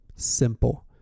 simple